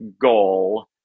goal